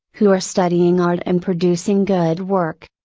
who are studying art and producing good work.